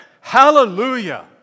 hallelujah